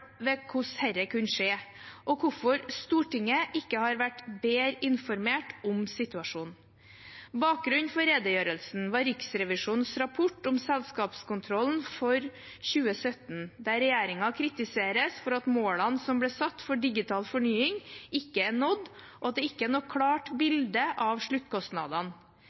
ved hvordan dette kunne skje, og hvorfor Stortinget ikke har vært bedre informert om situasjonen. Bakgrunnen for redegjørelsen var Riksrevisjonens rapport om selskapskontrollen for 2017, der regjeringen kritiseres for at målene som ble satt for digital fornying, ikke er nådd, og at det ikke er noe klart bilde av sluttkostnadene.